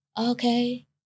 Okay